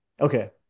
Okay